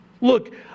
Look